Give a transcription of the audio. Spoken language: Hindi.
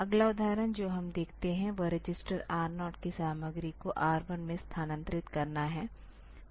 अगला उदाहरण जो हम देखते हैं वह रजिस्टर R 0 की सामग्री को R 1 में स्थानांतरित करना है